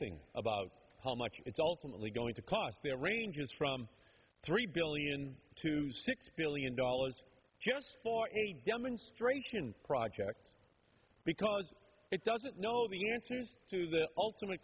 guessing about how much it's ultimately going to cost there ranges from three billion to six billion dollars just for a demonstration project because it doesn't know the answers to the ultimate